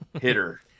hitter